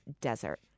desert